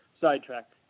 sidetrack